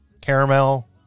caramel